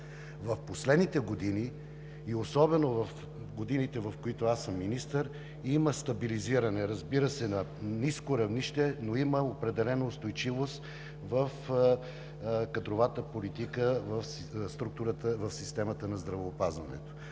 В последните години и особено в годините, в които аз съм министър, има стабилизиране, разбира се, на ниско равнище, но има определена устойчивост в кадровата политика в системата на здравеопазването.